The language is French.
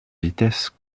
vitesse